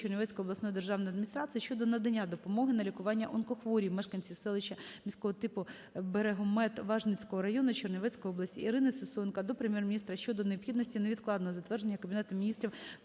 Чернівецької обласної державної адміністрації щодо надання допомоги на лікування онкохворій мешканці селища міського типу Берегомет Вижницького району Чернівецької області. Ірини Сисоєнко до Прем'єр-міністра щодо необхідності невідкладного затвердження Кабінетом Міністрів